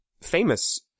famous